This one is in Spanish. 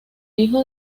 hijo